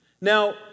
Now